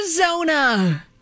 Arizona